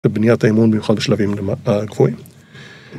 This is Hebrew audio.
בבניית האמון במיוחד בשלבים הגבוהים.